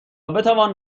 بتوان